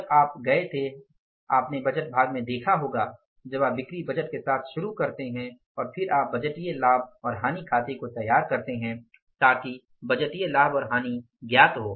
जब आप गए थे आपने बजट भाग में देखा होगा जब आप बिक्री बजट के साथ शुरू करते हैं और फिर आप बजटीय लाभ और हानि खाते को तैयार करते हैं ताकि बजटीय लाभ और हानि ज्ञात हो